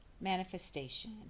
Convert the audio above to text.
manifestation